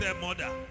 murder